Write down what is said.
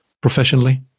professionally